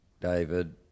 David